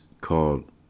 called